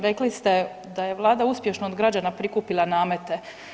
Rekli ste da je Vlada uspješno od građana prikupila namete.